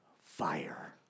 Fire